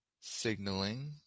signaling